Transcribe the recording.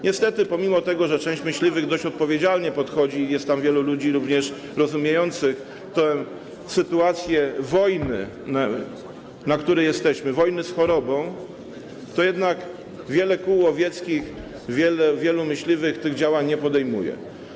Niestety pomimo tego, że część myśliwych dość odpowiedzialnie podchodzi i jest tam wielu ludzi również rozumiejących tę sytuację wojny, na której jesteśmy, wojny z chorobą, to jednak wiele kół łowieckich, wielu myśliwych tych działań nie podejmuje.